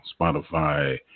Spotify